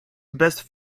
best